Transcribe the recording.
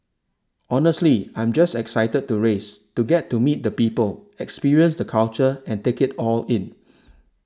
honestly I'm just excited to race to get to meet the people experience the culture and take it all in